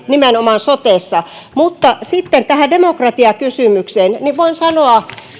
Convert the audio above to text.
nimenomaan sotessa mutta sitten tähän demokratiakysymykseen voin sanoa